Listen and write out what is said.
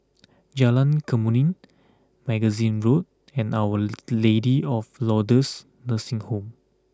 Jalan Kemuning Magazine Road and Our Lady of Lourdes Nursing Home